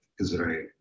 Israel